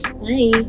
bye